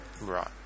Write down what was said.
Right